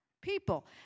people